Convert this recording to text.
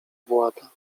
włada